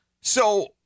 So-